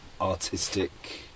artistic